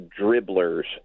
dribblers